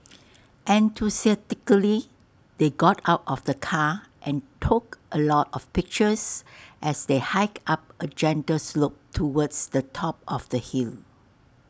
enthusiastically they got out of the car and took A lot of pictures as they hiked up A gentle slope towards the top of the hill